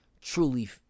truly